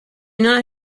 not